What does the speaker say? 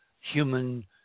human